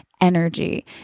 energy